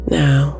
now